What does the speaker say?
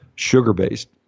Sugar-based